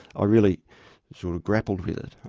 i really sort of grappled with it.